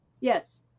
yes